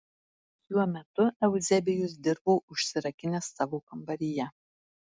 šiuo metu euzebijus dirbo užsirakinęs savo kambaryje